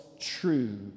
true